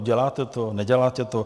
Děláte to, neděláte to?